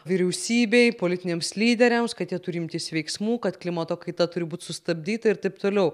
vyriausybei politiniams lyderiams kad jie turi imtis veiksmų kad klimato kaita turi būt sustabdyta ir taip toliau